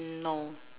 no